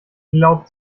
glaubt